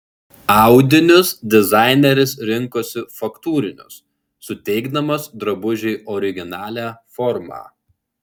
audinius dizaineris rinkosi faktūrinius suteikdamas drabužiui originalią formą